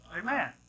Amen